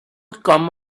come